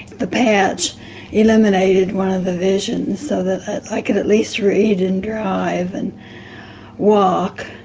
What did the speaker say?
the patch eliminated one of the visions so that i could at least read and drive and walk.